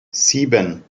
sieben